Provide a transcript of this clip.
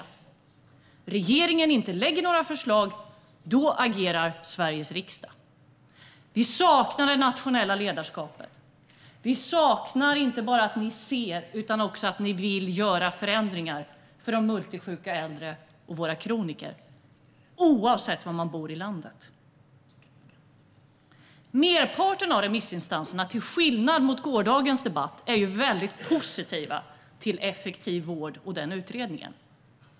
Om regeringen inte lägger fram några förslag agerar Sveriges riksdag. Vi saknar det nationella ledarskapet. Vi saknar inte bara att ni ser utan också att ni vill göra förändringar för de multisjuka äldre och för våra kroniker, oavsett var i landet man bor. Till skillnad från gårdagens debatt är merparten av remissinstanserna väldigt positiva till Effektiv vård och till utredningen.